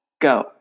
Go